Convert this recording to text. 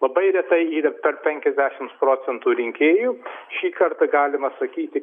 labai retai yra per penkiasdešims procentų rinkėjų šį kartą galima sakyti